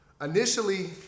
initially